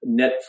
Netflix